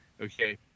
okay